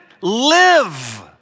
Live